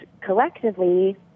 collectively